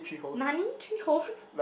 nani three holes